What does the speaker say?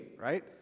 right